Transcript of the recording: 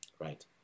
right